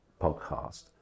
podcast